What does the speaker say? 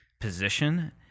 position